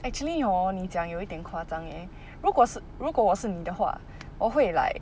actually hor 你讲有一点夸张 leh 如果是如果我是你的话我会 like